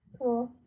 Cool